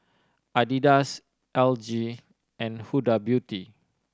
Adidas L G and Huda Beauty